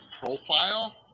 profile